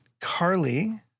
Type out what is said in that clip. Carly